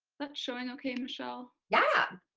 that showing okay michelle? yeah.